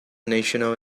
national